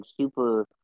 super